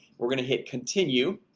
we're gonna hit continue